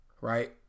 right